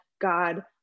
God